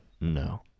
No